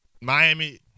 Miami